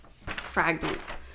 fragments